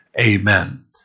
Amen